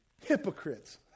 Hypocrites